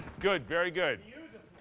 good, very good!